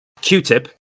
Q-Tip